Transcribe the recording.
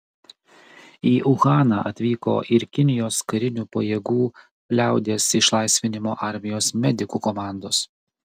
į uhaną atvyko ir kinijos karinių pajėgų liaudies išlaisvinimo armijos medikų komandos